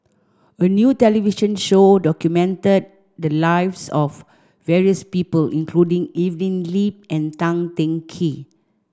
a new television show documented the lives of various people including Evelyn Lip and Tan Teng Kee